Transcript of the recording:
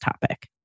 topic